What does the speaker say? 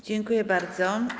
Dziękuję bardzo.